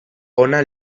ona